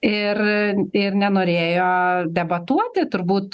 ir ir nenorėjo debatuoti turbūt